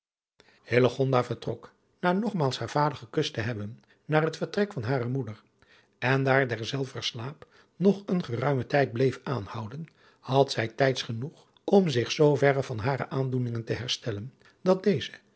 vertrok na nogmaals haar vader gekust te hebben naar het vertrek van hare moeder en daar derzelver slaap nog een geruimen tijd bleef aanhouden had zij tijds adriaan loosjes pzn het leven van hillegonda buisman genoeg om zich zooverre van hare aandoeningen te herstellen dat deze